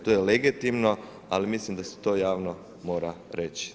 To je legitimno ali mislim da se to javno mora reći.